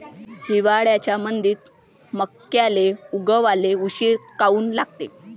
हिवाळ्यामंदी मक्याले उगवाले उशीर काऊन लागते?